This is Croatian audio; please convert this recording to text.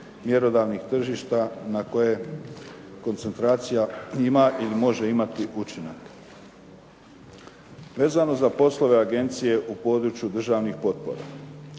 mjerodavnih tržišta na koje koncentracija ima ili može imati učinak. Vezano za poslove agencije u području državnih potpora.